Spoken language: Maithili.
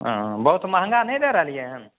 हाँ बहुत महँगा नहि दए रहलियै हन